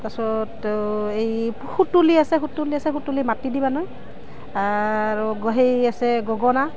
তাৰপাছত অঁ এই সুতুলি আছে সুতুলি আছে সুতুলি মাটি দি বনায় আৰু সেই আছে গগনা